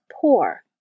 poor